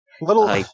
Little